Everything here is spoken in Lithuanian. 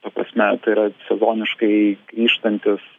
ta prasme tai yra sezoniškai grįžtantis